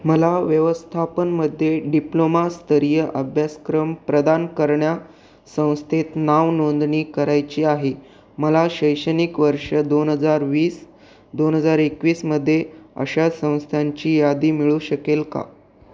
मला व्यवस्थापनामध्ये डिप्लोमास्तरीय अभ्यासक्रम प्रदान करण्या संस्थेत नावनोंदणी करायची आहे मला शैक्षणिक वर्ष दोन हजार वीस दोन हजार एकवीसमध्ये अशा संस्थांची यादी मिळू शकेल का